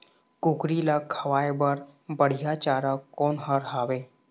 कुकरी ला खवाए बर बढीया चारा कोन हर हावे?